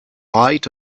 light